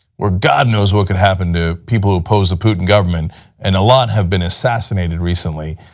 where god knows what could happen to people who oppose the putin government and a lot have been assassinated recently,